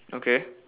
okay